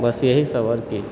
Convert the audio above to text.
बस यहीसभ आओर की